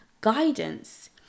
guidance